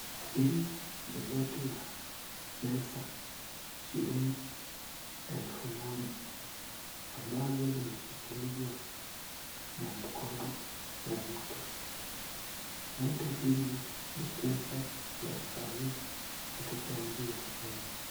Hii ni noti ya pesa shilingi elfu moja ambazo zimeshikiliwa, na mkono ya mtu noti hili ni pesa ya saa hii katika nchi ya kenya.